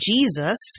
Jesus